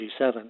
G7